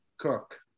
Cook